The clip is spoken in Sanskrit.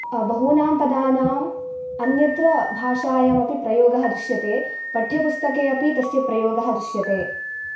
बहूनां पदानाम् अन्यत्र भाषायामपि प्रयोगः दृश्यते पाठ्यपुस्तके अपि तस्य प्रयोगः दृश्यते